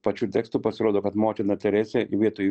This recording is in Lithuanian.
pačiu tekstu pasirodo kad motina teresė vietoj